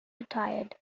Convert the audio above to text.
retired